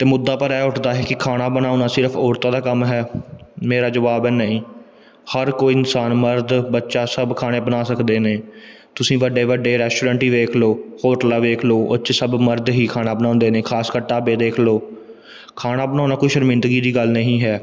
ਅਤੇ ਮੁੱਦਾ ਪਰ ਇਹ ਉੱਠਦਾ ਹੈ ਕਿ ਖਾਣਾ ਬਣਾਉਣਾ ਸਿਰਫ ਔਰਤਾਂ ਦਾ ਕੰਮ ਹੈ ਮੇਰਾ ਜਵਾਬ ਹੈ ਨਹੀਂ ਹਰ ਕੋਈ ਇਨਸਾਨ ਮਰਦ ਬੱਚਾ ਸਭ ਖਾਣੇ ਬਣਾ ਸਕਦੇ ਨੇ ਤੁਸੀਂ ਵੱਡੇ ਵੱਡੇ ਰੈਸਟੋਰੈਂਟ ਹੀ ਵੇਖ ਲਓ ਹੋਟਲਾਂ ਵੇਖ ਲਓ ਉੱਥੇ ਸਭ ਮਰਦ ਹੀ ਖਾਣਾ ਬਣਾਉਂਦੇ ਨੇ ਖਾਸਕਰ ਢਾਬੇ ਦੇਖ ਲਓ ਖਾਣਾ ਬਣਾਉਣਾ ਕੋਈ ਸ਼ਰਮਿੰਦਗੀ ਦੀ ਗੱਲ ਨਹੀਂ ਹੈ